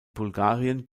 bulgarien